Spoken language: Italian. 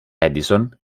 edison